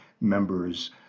members